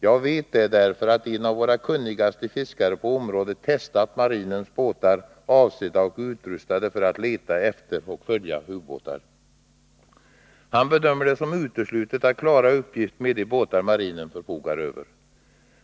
Jag vet det därför att en av våra kunnigaste fiskare på området har testat marinens båtar, avsedda och utrustade för att leta efter och följa ubåtar. Han bedömer det som uteslutet att klara uppgiften med de båtar marinen förfogar över.